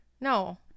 No